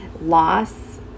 loss